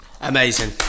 Amazing